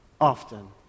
often